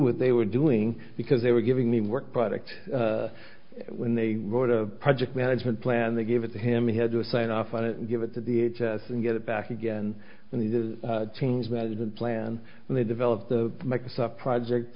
what they were doing because they were giving me work product when they wrote a project management plan they gave it to him he had to sign off on it and give it to the h s and get it back again and he does change management plan and they developed the microsoft project